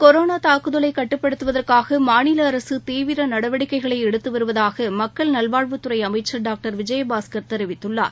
corona தாக்குதலை கட்டுப்படுத்துவதற்னக மாநில அரசு தீவிர நடவடிக்கைகளை எடுத்து வருவதாக மக்கள் நல்வாழ்வுத்துறை அமைச்சா் டாக்டர் விஜயபாஸ்கா் தெரிவித்துளார்